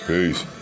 Peace